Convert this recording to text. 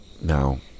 Now